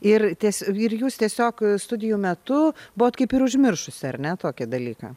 ir ties ir jūs tiesiog studijų metu buvot kaip ir užmiršusi ar ne tokį dalyką